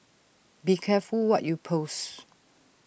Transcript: be careful what you post